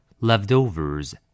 Leftovers